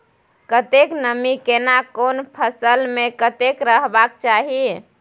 कतेक नमी केना कोन फसल मे कतेक रहबाक चाही?